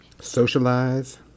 Socialize